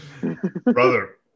Brother